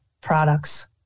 products